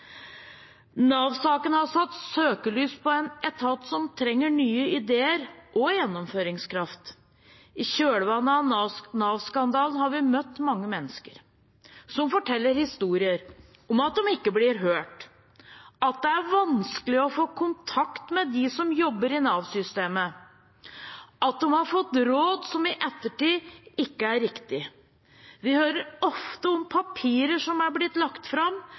har satt søkelys på en etat som trenger nye ideer og gjennomføringskraft. I kjølvannet av Nav-skandalen har vi møtt mange mennesker som forteller historier om at de ikke blir hørt, at det er vanskelig å få kontakt med dem som jobber i Nav-systemet, at de har fått råd som i ettertid ikke er riktige. Vi hører ofte om papirer som har blitt lagt fram,